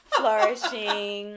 flourishing